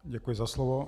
Děkuji za slovo.